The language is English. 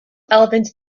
elephants